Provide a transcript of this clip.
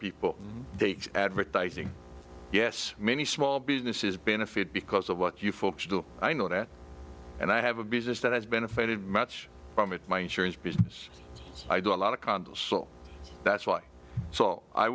people advertising yes many small businesses benefit because of what you folks do i know that and i have a business that has benefited much from it my insurance business i do a lot of cond so that's why so i